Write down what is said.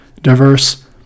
diverse